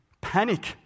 panic